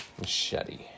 Machete